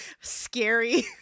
scary